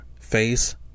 face